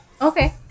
Okay